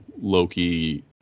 Loki